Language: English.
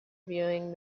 viewing